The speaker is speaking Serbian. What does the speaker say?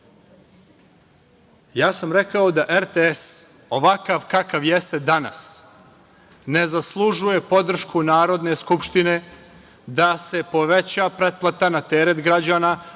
sam da RTS ovakav kakav jeste danas ne zaslužuje podršku Narodne skupštine da se poveća pretplata na teret građana